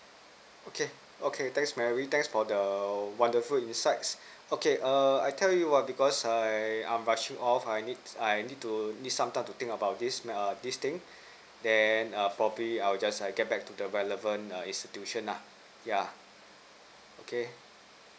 okay okay thanks mary thanks for the wonderful insights okay err I tell you what because I I'm rushing off I need I need to need some time to think about this err this thing then probably I'll just get back to the relevant err institution uh yeah okay